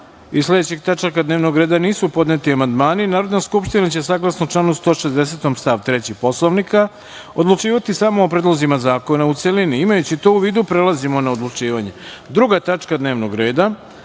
iz sledećih tačaka dnevnog reda nisu podneti amandmani, Narodna skupština će, saglasno članu 160. stav 3. Poslovnika, odlučivati samo o predlozima zakona u celini. Imajući to u vidu, prelazimo na odlučivanje. Druga tačka dnevnog reda